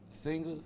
singers